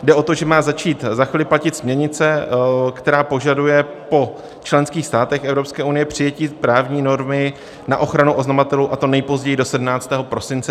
Jde o to, že má začít za chvíli platit směrnice, která požaduje po členských státech Evropské unie přijetí právní normy na ochranu oznamovatelů, a to nejpozději do 17. prosince 2021.